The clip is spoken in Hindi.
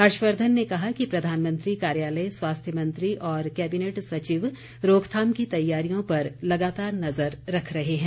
हर्षवर्धन ने कहा कि प्रधानमंत्री कार्यालय स्वास्थ्य मंत्री और कैबिनेट सचिव रोकथाम की तैयारियों पर लगातार नजर रख रहे हैं